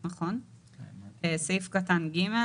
הוא עובד רשות המיסים,